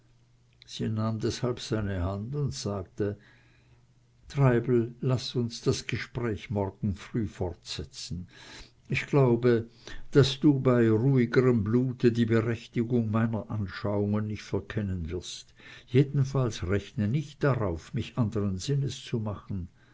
nahm deshalb seine hand und sagte treibel laß uns das gespräch morgen früh fortsetzen ich glaube daß du bei ruhigerem blute die berechtigung meiner anschauungen nicht verkennen wirst jedenfalls rechne nicht darauf mich anderen sinnes zu machen